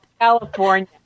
California